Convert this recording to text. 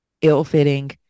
ill-fitting